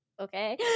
okay